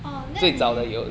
orh 那你